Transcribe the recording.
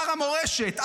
שר המורשת,